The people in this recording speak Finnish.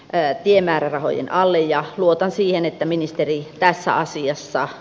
pää tiemäärärahojen alle ja luotan siihen että ministeri tässä asiassa